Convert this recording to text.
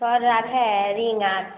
छर और है रिंग और